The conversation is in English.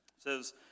says